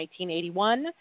1981